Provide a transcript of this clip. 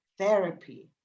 Therapy